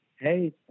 hey